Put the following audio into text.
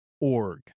org